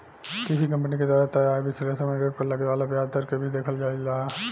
किसी कंपनी के द्वारा तय आय विश्लेषण में ऋण पर लगे वाला ब्याज दर के भी देखल जाइल जाला